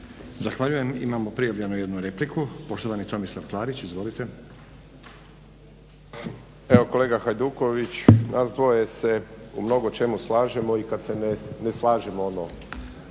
Zahvaljujem. Imamo prijavljenu jednu repliku, poštovani Tomislav Klarić. Izvolite. **Klarić, Tomislav (HDZ)** Evo kolega Hajduković, nas dvoje se u mnogo čemu slažemo i kada se ne slažemo